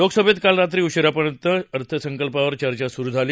लोकसभेत काल रात्री उशिरापर्यंत अर्थसंकल्पावर चर्चा सुरू होती